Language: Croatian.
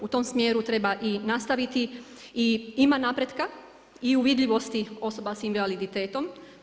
U tom smjeru treba i nastaviti i ima napretka i u vidljivosti osoba s invaliditetom.